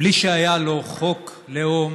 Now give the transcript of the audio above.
בלי שהיה לו חוק לאום